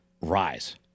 rise